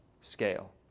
scale